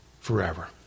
forever